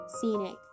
scenic